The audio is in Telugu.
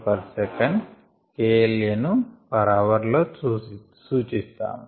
K L aను పర్ అవర్ లో సూచుస్తాము